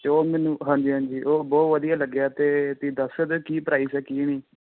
ਅਤੇ ਉਹ ਮੈਨੂੰ ਹਾਂਜੀ ਹਾਂਜੀ ਉਹ ਬਹੁਤ ਵਧੀਆ ਲੱਗਿਆ ਅਤੇ ਤੁਸੀਂ ਦੱਸ ਸਕਦੇ ਕੀ ਪ੍ਰਾਈਸ ਹੈ ਕੀ ਨਹੀਂ